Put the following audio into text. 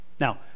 Now